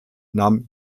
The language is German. nahm